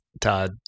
Todd